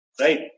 right